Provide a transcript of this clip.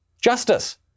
Justice